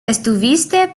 estuviste